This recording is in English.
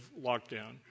lockdown